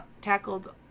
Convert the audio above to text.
tackled